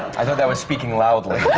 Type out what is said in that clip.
i thought that was speaking loudly.